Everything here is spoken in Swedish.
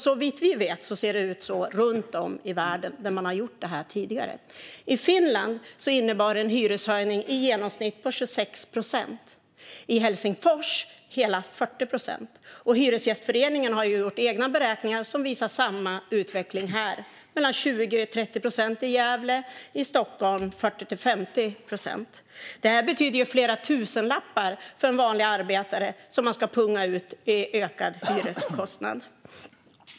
Såvitt vi vet ser det också ut så överallt där man har gjort detta runt om i världen. I Finland innebar detta en hyreshöjning på i genomsnitt 26 procent. I Helsingfors var höjningen hela 40 procent. Hyresgästföreningen har gjort egna beräkningar som visar samma utveckling här: mellan 20 och 30 procent i Gävle, i Stockholm 40-50 procent. Detta betyder flera tusenlappar för en vanlig arbetare att punga ut med i ökad hyreskostnad.